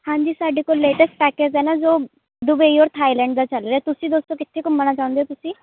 ਹਾਂਜੀ ਸਾਡੇ ਕੋਲ ਲੇਟੈਸਟ ਪੈਕਜ ਹੈ ਨਾ ਜੋ ਦੁਬਈ ਔਰ ਥਾਈਲੈਂਡ ਦਾ ਚੱਲ ਰਿਹਾ ਤੁਸੀਂ ਦੱਸੋ ਕਿੱਥੇ ਘੁੰਮਣਾ ਚਾਹੁੰਦੇ ਹੋ ਤੁਸੀਂ